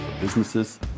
businesses